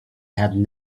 had